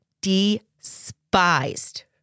despised